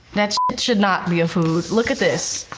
that should not be a food. look at this.